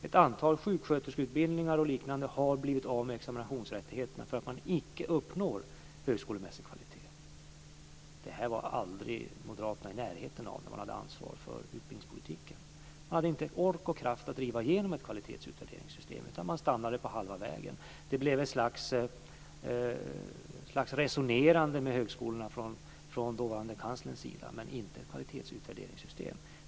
Ett antal sjuksköterskeutbildningar och liknande har blivit av med examinationsrättigheterna för att man icke uppnår högskolemässig kvalitet. Det var aldrig moderaterna i närheten av när de hade ansvar för utbildningspolitiken. De hade inte ork och kraft att driva igenom ett kvalitetsutvärderingssystem, utan de stannade på halva vägen. Det blev ett slags resonerande med högskolorna från dåvarande kanslerns sida men inte ett kvalitetsutvärderingssystem.